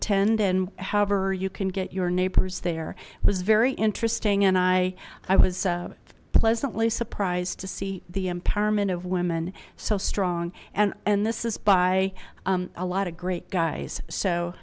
attend and however you can get your neighbors there was very interesting and i i was pleasantly surprised to see the empowerment of women so strong and this is by a lot of great guys so